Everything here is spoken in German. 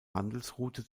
handelsroute